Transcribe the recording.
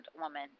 woman